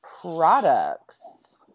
products